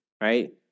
right